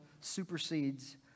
supersedes